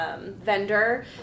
vendor